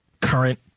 current